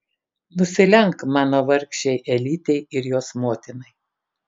nusilenk mano vargšei elytei ir jos motinai